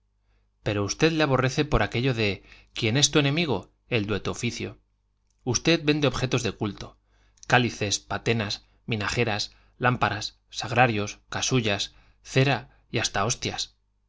pero usted le aborrece por aquello de quién es tu enemigo el de tu oficio usted vende objetos del culto cálices patenas vinajeras lámparas sagrarios casullas cera y hasta hostias